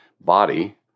body